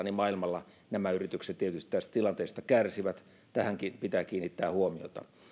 myös maailmalla että nämä yritykset tietysti tästä tilanteesta kärsivät tähänkin pitää kiinnittää huomiota